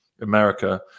America